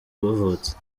bavutse